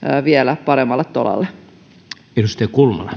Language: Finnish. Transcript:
vielä paremmalle tolalle